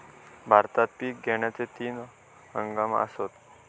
भारतात पिक घेण्याचे तीन हंगाम आसत